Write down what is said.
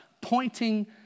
pointing